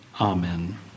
Amen